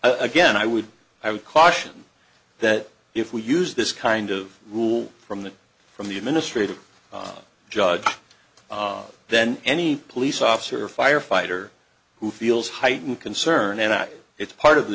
again i would i would caution that if we use this kind of rule from the from the administrative judge then any police officer or firefighter who feels heightened concern or not it's part of the